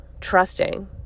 trusting